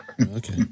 Okay